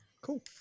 Cool